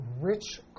rich